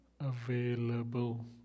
available